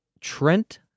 Trent